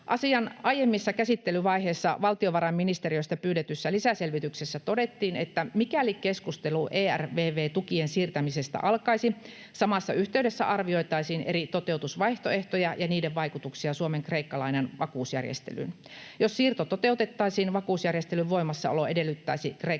aiemmissa käsittelyvaiheissa valtiovarainministeriöstä pyydetyssä lisäselvityksessä todettiin: ”Mikäli keskustelu ERVV-tukien siirtämisestä alkaisi, samassa yhteydessä arvioitaisiin eri toteutusvaihtoehtoja ja niiden vaikutuksia Suomen Kreikka-lainan vakuusjärjestelyyn. Jos siirto toteutettaisiin, vakuusjärjestelyn voimassaolo edellyttäisi kreikkalaisten